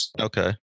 Okay